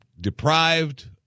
deprived